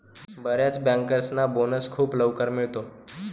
बर्याच बँकर्सना बोनस खूप लवकर मिळतो